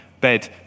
bed